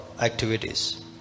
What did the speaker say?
activities